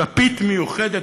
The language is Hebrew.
כפית מיוחדת,